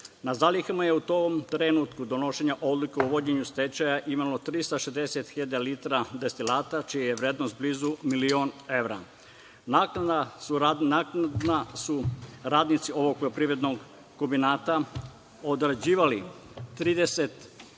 Na zalihama je u tom trenutku donošenja odluke o uvođenju stečaja imalo 360.000 litara destilata, čija je vrednost blizu milion evra. Naknadno su radnici ovog poljoprivrednog kombinata odrađivali 37 hektara